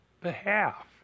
behalf